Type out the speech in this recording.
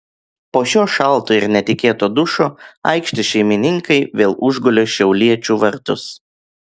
po šio šalto ir netikėto dušo aikštės šeimininkai vėl užgulė šiauliečių vartus